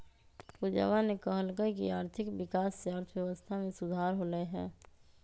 पूजावा ने कहल कई की आर्थिक विकास से अर्थव्यवस्था में सुधार होलय है